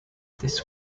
this